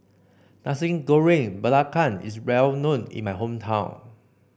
Nasi Goreng Belacan is well known in my hometown